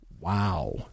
Wow